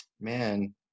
man